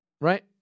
right